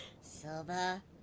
Silva